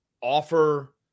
offer